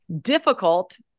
difficult